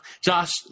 Josh